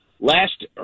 last